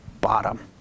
bottom